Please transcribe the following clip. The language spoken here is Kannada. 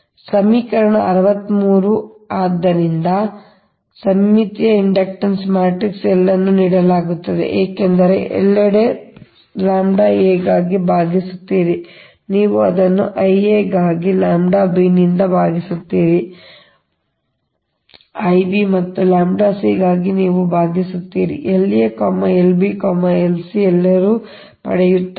ಇದು ಸಮೀಕರಣ 63 ಆದ್ದರಿಂದ ಸಮ್ಮಿತೀಯ ಇಂಡಕ್ಟನ್ಸ್ ಮ್ಯಾಟ್ರಿಕ್ಸ್ L ಅನ್ನು ನೀಡಲಾಗುತ್ತದೆ ಏಕೆಂದರೆ ಎಲ್ಲೆಡೆ ನೀವು ʎa ಗಾಗಿ ಭಾಗಿಸುತ್ತೀರಿ ನೀವು ಅದನ್ನು I a ಗಾಗಿ ʎ b ನಿಂದ ಭಾಗಿಸುತ್ತೀರಿ ನೀವು ಅದನ್ನು I b ಮತ್ತು ʎ c ಗಾಗಿ ನೀವು ಭಾಗಿಸುತ್ತೀರಿ I c ಮೂಲಕ La Lb Lc ಎಲ್ಲರೂ ಪಡೆಯುತ್ತಾರೆ